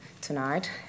tonight